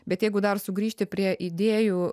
bet jeigu dar sugrįžti prie idėjų